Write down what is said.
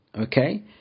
Okay